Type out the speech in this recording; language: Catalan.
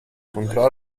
control